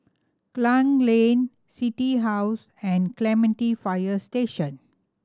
Klang Lane City House and Clementi Fire Station